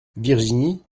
virginie